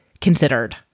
considered